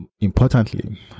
importantly